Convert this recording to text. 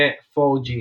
ו-4G,